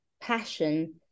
passion